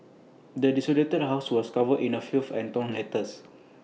the desolated house was covered in A filth and torn letters